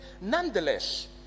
nonetheless